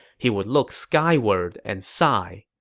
he would look skyward and sigh.